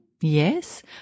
Yes